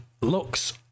looks